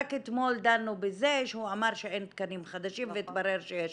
רק אתמול דנו בזה שהוא אמר שאין תקנים חדשים והתברר שיש